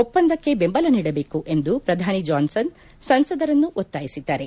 ಒಪ್ಪಂದಕ್ಕೆ ಬೆಂಬಲ ನೀಡಬೇಕು ಎಂದು ಪ್ರಧಾನಿ ಜಾನ್ಸನ್ ಸಂಸದರನ್ನು ಒತ್ತಾಯಿಸಿದ್ದಾರೆ